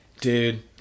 Dude